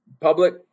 public